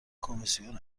کمیسیون